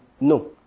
No